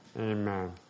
Amen